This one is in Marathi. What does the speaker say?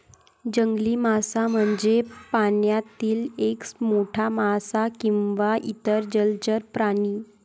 जंगली मासा म्हणजे पाण्यातील एक मोठा मासा किंवा इतर जलचर प्राणी